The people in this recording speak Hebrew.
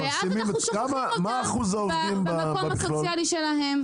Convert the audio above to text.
ואז אנחנו שוכחים אותם במקום הסוציאלי שלהם.